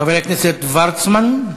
חבר הכנסת וורצמן?